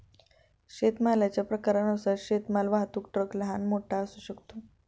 शेतमालाच्या प्रकारानुसार शेतमाल वाहतूक ट्रक लहान, मोठा असू शकतो